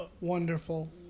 wonderful